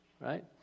right